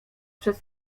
przed